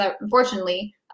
unfortunately